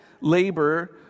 labor